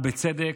ובצדק,